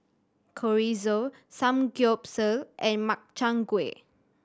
Chorizo Samgyeopsal and Makchang Gui